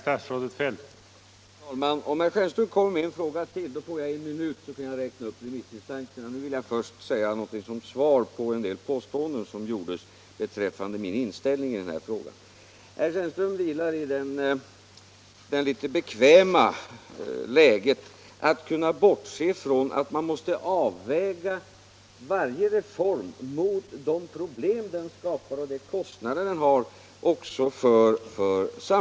Herr talman! Om herr Stjernström återkommer med ytterligare en fråga, så får jag en minut till för att svara, och då skall jag räkna upp vilka som är remissinstanser. Nu vill jag först säga något som svar på påståendena om min inställning i denna fråga. Herr Stjernström befinner sig i den litet bekväma situationen att kunna bortse från nödvändigheten att avväga varje reform mot de problem som samma reform skapar och samhällets kostnader för att genomföra reformen.